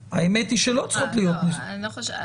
על ידי הרצון של האסיר וההסכמה.